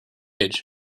age